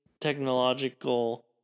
technological